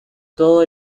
todo